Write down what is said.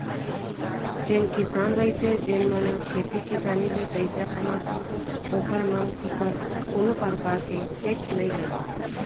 जेन किसान रहिथे जेन मन ह खेती किसानी ले पइसा कमाथे ओखर मन ऊपर कोनो परकार के टेक्स नई लगय